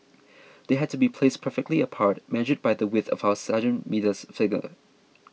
they had to be placed perfectly apart measured by the width of our sergeants middle's finger